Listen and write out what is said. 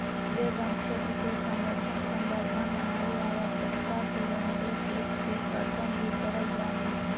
वे वनक्षेत्र के संरक्षण, संवर्धन आउ आवश्यकता के अनुरूप वृक्ष के कर्तन भी करल जा हइ